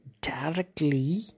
directly